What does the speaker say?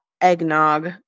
eggnog